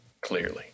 clearly